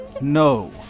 No